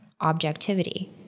objectivity